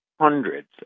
hundreds